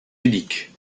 unique